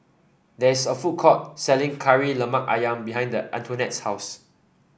there is a food court selling Kari Lemak ayam behind Antionette's house